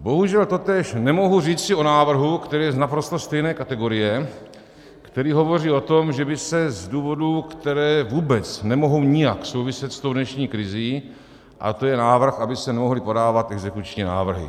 Bohužel totéž nemohu říci o návrhu, který je z naprosto stejné kategorie, který hovoří o tom, že by se z důvodů, které vůbec nemohou nijak souviset s tou dnešní krizí, a to je návrh, aby se nemohly podávat exekuční návrhy.